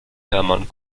hermann